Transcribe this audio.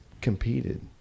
competed